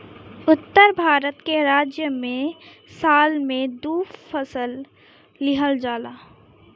उत्तर भारत के राज्य में साल में दू फसल लिहल जाला